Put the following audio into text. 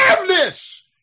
forgiveness